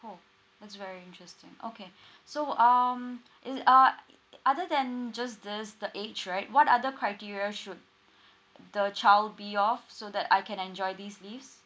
cool that's very interesting okay so um is uh i~ other than just this the age right what other criteria should the child be of so that I can enjoy these leaves